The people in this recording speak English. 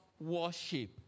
worship